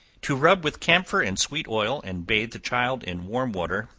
to rub with camphor and sweet oil, and bathe the child in warm water,